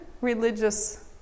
religious